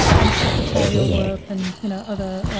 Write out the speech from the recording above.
um secretarial work and you know other,